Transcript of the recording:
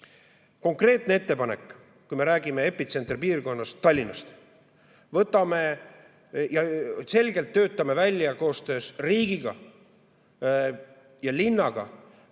Konkreetne ettepanek, kui me räägime epitsenterpiirkonnast Tallinnast: võtame [kätte] ja töötame välja koostöös riigi ja linnaga